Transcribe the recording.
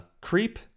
Creep